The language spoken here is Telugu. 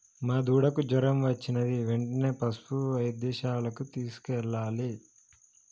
మా దూడకు జ్వరం వచ్చినది వెంటనే పసుపు వైద్యశాలకు తీసుకెళ్లాలి